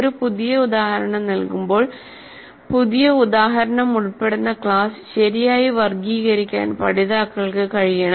ഒരു പുതിയ ഉദാഹരണം നൽകുമ്പോൾ പുതിയ ഉദാഹരണം ഉൾപ്പെടുന്ന ക്ലാസ് ശരിയായി വർഗ്ഗീകരിക്കാൻ പഠിതാക്കൾക്ക് കഴിയണം